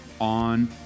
on